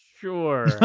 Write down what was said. sure